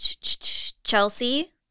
Chelsea